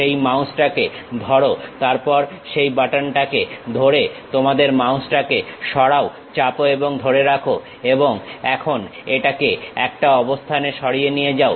সেই মাউসটাকে ধরো তারপর সেই বাটনটাকে ধরে তোমাদের মাউসটাকে সরাও চাপো এবং ধরে রাখো এবং এখন এটাকে একটা অবস্থানে সরিয়ে নিয়ে যাও